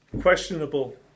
questionable